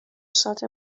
سات